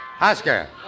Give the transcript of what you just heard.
Oscar